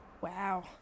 Wow